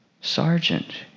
sergeant